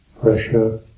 pressure